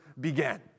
began